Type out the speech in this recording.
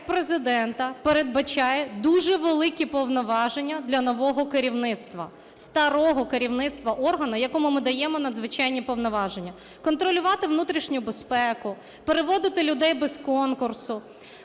Президента передбачає дуже великі повноваження для нового керівництва, старого керівництва органу, якому ми даємо надзвичайні повноваження, контролювати внутрішню безпеку, переводити людей без конкурсу,